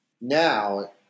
Now